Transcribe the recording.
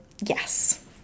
yes